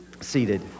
seated